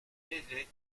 erraient